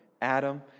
Adam